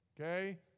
okay